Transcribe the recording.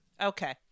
Okay